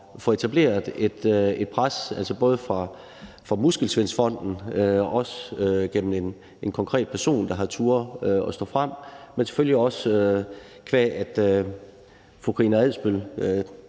få etableret et pres, både fra Muskelsvindfonden og gennem en konkret person, der har turdet at stå frem, men selvfølgelig også qua at fru Karina Adsbøl